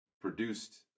produced